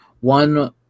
One